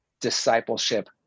discipleship